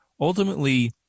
ultimately